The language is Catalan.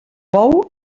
bou